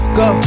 go